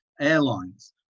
airlines